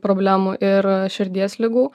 problemų ir širdies ligų